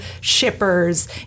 shippers